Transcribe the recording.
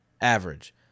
average